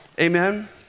Amen